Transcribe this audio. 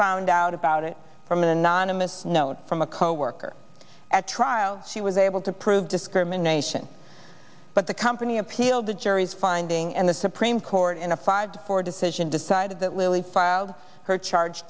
found out about it from an anonymous note from a coworker at trial she was able to prove discrimination but the company appealed the jury's finding and the supreme court in a five to four decision decided that lilly filed her charge